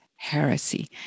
Heresy